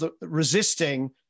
resisting